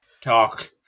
Talk